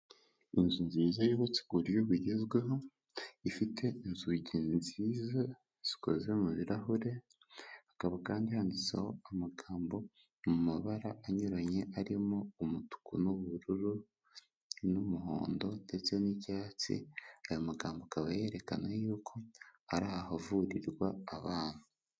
Inzu nziza yubatse ku buryo bugezweho, ifite inzugi nziza zikoze mubirahure, hakaba kandi yanditseho amagambo mu mabara anyuranye arimo umutuku n'ubururu n'umuhondo ndetse n'icyatsi, aya magambo akaba yerekana yuko ari ahavurirwa abana.